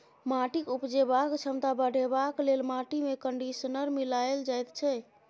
माटिक उपजेबाक क्षमता बढ़ेबाक लेल माटिमे कंडीशनर मिलाएल जाइत छै